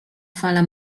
fala